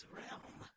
realm